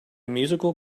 musical